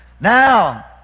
Now